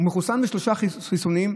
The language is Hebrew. הוא מחוסן בשלושה חיסונים,